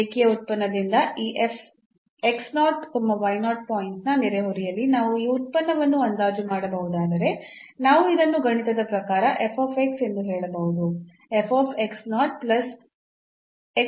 ರೇಖೀಯ ಉತ್ಪನ್ನದಿಂದ ಈ ಪಾಯಿಂಟ್ನ ನೆರೆಹೊರೆಯಲ್ಲಿ ನಾವು ಈ ಉತ್ಪನ್ನವನ್ನು ಅಂದಾಜು ಮಾಡಬಹುದಾದರೆ ನಾವು ಇದನ್ನು ಗಣಿತದ ಪ್ರಕಾರ ಎಂದು ಹೇಳಬಹುದು